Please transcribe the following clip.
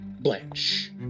Blanche